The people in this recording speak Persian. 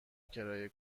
کرایه